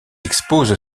expose